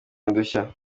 n’udushya